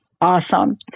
Awesome